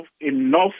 enough